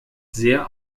sehr